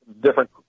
different